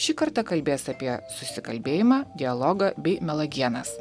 šį kartą kalbės apie susikalbėjimą dialogą bei melagienas